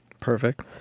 Perfect